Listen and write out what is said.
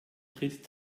tritt